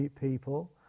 people